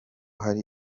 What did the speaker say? hari